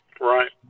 Right